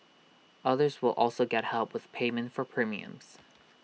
others will also get help with payment for premiums